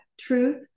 truth